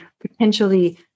potentially